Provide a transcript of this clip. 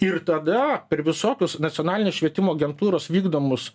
ir tada per visokius nacionalinės švietimo agentūros vykdomus